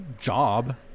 job